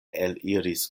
eliris